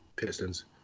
Pistons